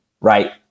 right